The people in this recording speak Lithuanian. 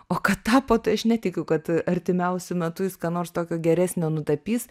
o kad tapo tai aš netikiu kad artimiausiu metu jis ką nors tokio geresnio nutapys